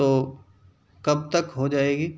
تو کب تک ہو جائے گی